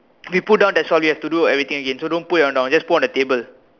we put down that's why we have to do everything again so don't put it down just put on the table